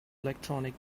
electronic